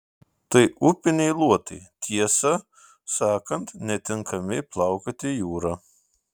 tai upiniai luotai tiesą sakant netinkami plaukioti jūra